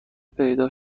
پیدا